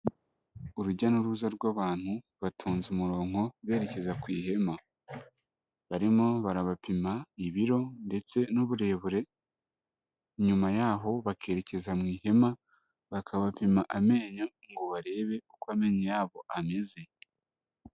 Urujya n'uruza rw'abantu, batonze umuronko berekeza ku ihema. Barimo barabapima ibiro ndetse n'uburebure, nyuma yaho bakerekeza mu ihema, bakabapima amenyo ngo barebe uko amenyo yabo ameze.